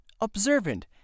observant